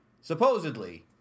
supposedly